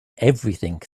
everything